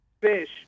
fish